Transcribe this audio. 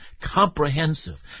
comprehensive